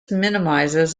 minimizes